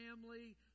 family